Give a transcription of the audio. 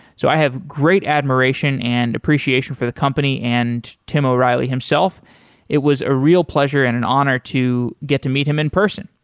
so i have great admiration and appreciation for the company and tim o'reilly himself it was a real pleasure and an honor to get to meet him in person.